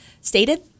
stated